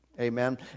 Amen